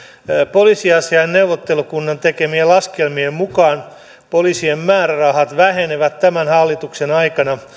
poliisiasiain neuvottelukunnan tekemien laskelmien mukaan poliisin määrärahat vähenevät tämän hallituksen aikana